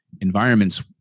environments